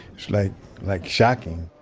like, like shocking